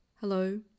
Hello